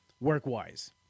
work-wise